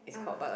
ah